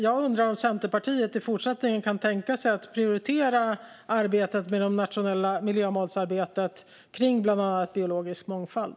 Jag undrar om Centerpartiet i fortsättningen kan tänka sig att prioritera arbetet med de nationella miljömålen om bland annat biologisk mångfald.